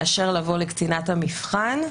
מאשר לבוא לקצינת המבחן.